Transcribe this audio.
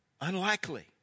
unlikely